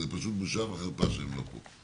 זה פשוט בושה וחרפה שהם לא פה.